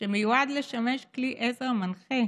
שמיועד לשמש כלי עזר מנחה